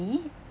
be